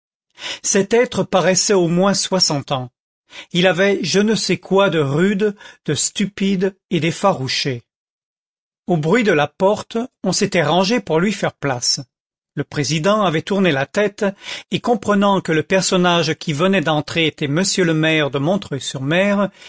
cet être paraissait au moins soixante ans il avait je ne sais quoi de rude de stupide et d'effarouché au bruit de la porte on s'était rangé pour lui faire place le président avait tourné la tête et comprenant que le personnage qui venait d'entrer était m le maire de montreuil sur mer